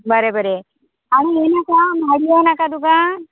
बरें बरें आनी हें नाका माडयो नाका तुका